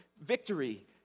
victory